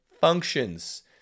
functions